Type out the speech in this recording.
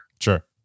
Sure